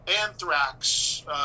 Anthrax